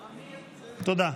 תודה.